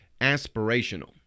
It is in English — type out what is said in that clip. aspirational